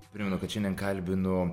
primenu kad šiandien kalbinu